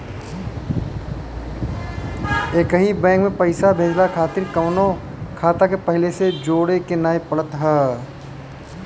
एकही बैंक में पईसा भेजला खातिर कवनो खाता के पहिले से जोड़े के नाइ पड़त हअ